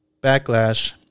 backlash